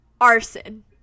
Arson